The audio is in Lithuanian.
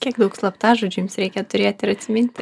kiek daug slaptažodžių jums reikia turėti ir atsiminti